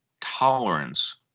Tolerance